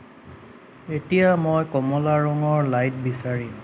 এতিয়া মই কমলা ৰঙৰ লাইট বিচাৰিম